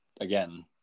again